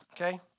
Okay